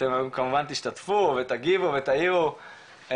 אתם כמובן תשתתפו ותגיבו ותעירו,